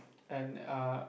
and uh